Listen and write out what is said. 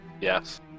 yes